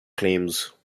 claims